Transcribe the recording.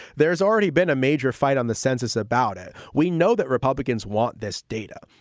there's already been a major fight on the census about it. we know that republicans want this data.